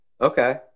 Okay